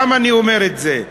למה אני אומר את זה?